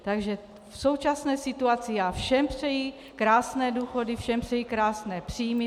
V současné situaci všem přeji krásné důchody, všem přeji krásné příjmy.